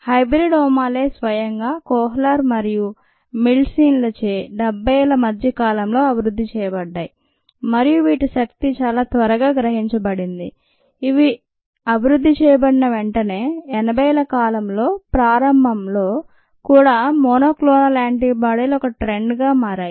హైబ్రిడోమాలే స్వయంగా కోహ్లర్ మరియు మిల్స్టీన్ లచే 70ల మధ్య కాలంలో అభివృద్ధి చేయబడ్డాయి మరియు వీటి శక్తి చాలా త్వరగా గ్రహించబడింది ఇవి అభివృద్ధి చేయబడిన వెంటనే 80ల కాలం ప్రారంభంలో కూడా మోనోక్లోనల్ యాంటీబాడీలు ఒక ట్రెండ్ గా మారాయి